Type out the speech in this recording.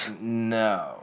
No